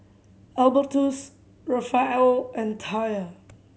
Albertus Rafael and Taya